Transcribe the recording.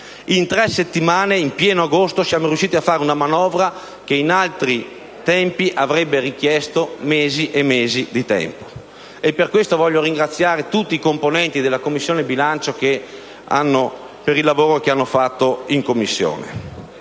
In tre settimane, in pieno agosto, siamo riusciti a fare una manovra che in altri tempi avrebbe richiesto mesi e mesi di tempo. In questo senso voglio ringraziare tutti i componenti della Commissione bilancio per il lavoro fatto in Commissione.